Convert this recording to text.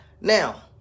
Now